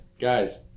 guys